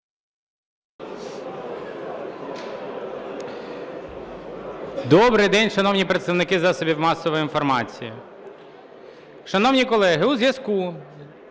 Добрий день, шановні представники засобів масової інформації! Шановні колеги, у зв'язку